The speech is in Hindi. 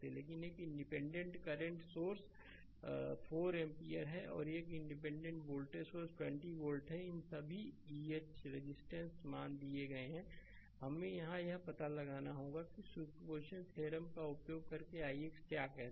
लेकिन एक इंडिपेंडेंट करंट सोर्स 4 एम्पीयर है और एक इंडिपेंडेंट वोल्टेज सोर्स 20 वोल्ट है अन्य सभी ईएच रेजिस्टेंस मान दिए गए हैं हमें यहां यह पता लगाना होगा कि सुपरपोजिशन थ्योरम का उपयोग करके ix क्या कहते हैं